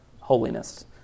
holiness